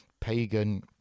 pagan